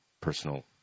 personal